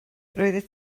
roeddet